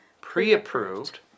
pre-approved